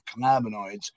cannabinoids